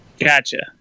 Gotcha